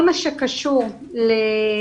מה זה "צורה בטוחה